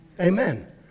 Amen